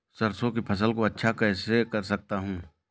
सरसो की फसल को अच्छा कैसे कर सकता हूँ?